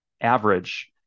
average